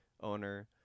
owner